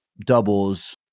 doubles